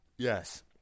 Yes